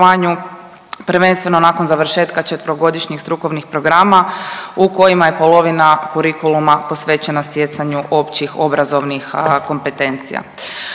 prvenstveno nakon završetka 4-godišnjih strukovnih programa u kojima je polovina kurikuluma posvećena stjecanju općih obrazovnih kompetencija.